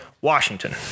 Washington